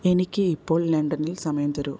എനിക്ക് ഇപ്പോൾ ലണ്ടനിൽ സമയം തരൂ